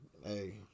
hey